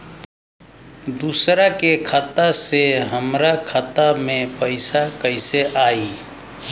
दूसरा के खाता से हमरा खाता में पैसा कैसे आई?